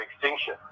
extinction